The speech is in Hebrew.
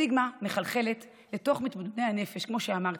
הסטיגמה מחלחלת לתוך מתמודדי הנפש, כמו שאמרתי,